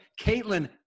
Caitlin